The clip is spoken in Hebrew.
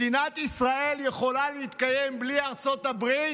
מדינת ישראל יכולה להתקיים בלי ארצות הברית?